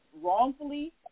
wrongfully